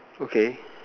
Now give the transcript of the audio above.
okay